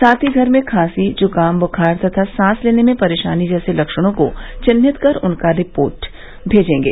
साथ ही घर में खांसी जुकाम बुखार तथा सांस लेने में परेशानी जैसे लक्षणों को चिन्हित कर उनका विवरण रिपोर्ट में मेजेंगे